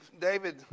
David